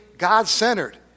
God-centered